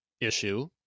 issue